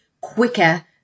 quicker